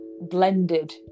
blended